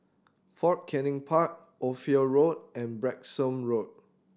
Fort Canning Park Ophir Road and Branksome Road